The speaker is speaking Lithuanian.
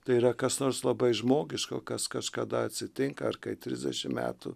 tai yra kas nors labai žmogiško kas kažkada atsitinka ar kai trisdešim metų